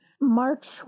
March